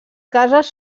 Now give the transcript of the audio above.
cases